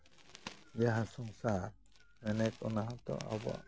ᱡᱟᱦᱟᱸ ᱥᱚᱝᱥᱟᱨ ᱢᱮᱱᱮᱠ ᱚᱱᱟ ᱦᱚᱸᱛᱚ ᱟᱵᱚᱣᱟᱜ